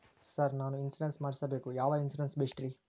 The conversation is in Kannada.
ಸರ್ ನಾನು ಇನ್ಶೂರೆನ್ಸ್ ಮಾಡಿಸಬೇಕು ಯಾವ ಇನ್ಶೂರೆನ್ಸ್ ಬೆಸ್ಟ್ರಿ?